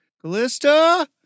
Callista